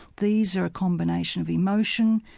these are a combination of emotion,